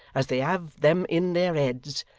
as they have them in their heads,